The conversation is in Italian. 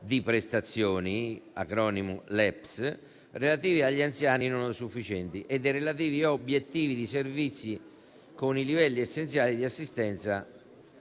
di prestazioni (LEPS) rivolti agli anziani non autosufficienti e dei relativi obiettivi di servizio con i livelli essenziali di assistenza